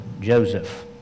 Joseph